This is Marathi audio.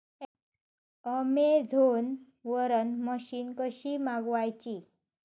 अमेझोन वरन मशीन कशी मागवची?